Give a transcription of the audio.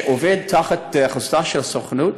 שעובד תחת חסותה של הסוכנות,